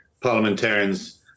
parliamentarians